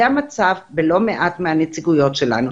זה המצב בלא מעט מהנציגויות שלנו.